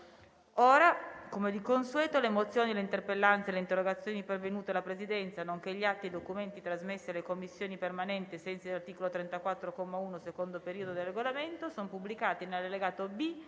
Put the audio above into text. una nuova finestra"). Le mozioni, le interpellanze e le interrogazioni pervenute alla Presidenza, nonché gli atti e i documenti trasmessi alle Commissioni permanenti ai sensi dell'articolo 34, comma 1, secondo periodo, del Regolamento sono pubblicati nell'allegato B